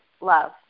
love